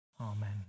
Amen